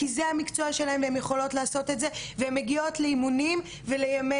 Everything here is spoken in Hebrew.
כי זה המקצוע שלהן והן יכולות לעשות את זה והן מגיעות לאימונים ולימי